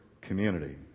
community